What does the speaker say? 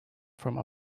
from